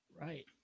right